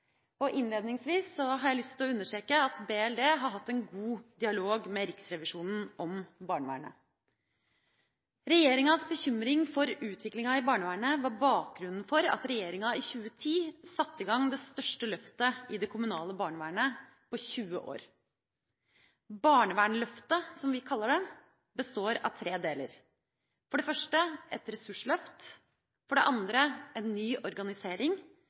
dette. Innledningsvis har jeg lyst til å understreke at Barne- og likestillingsdepartementet har hatt en god dialog med Riksrevisjonen om barnevernet. Regjeringas bekymring for utviklinga i barnevernet var bakgrunnen for at regjeringa i 2010 satte i gang det største løftet i det kommunale barnevernet på 20 år. Barnevernsløftet, som vi kaller det, består av tre deler – for det første et ressursløft, for det andre en ny organisering